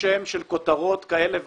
בשם של כותרות כאלה ואחרות.